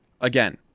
again